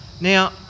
now